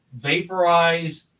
vaporize